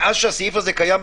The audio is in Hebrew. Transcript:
מאז שהסעיף הזה קיים,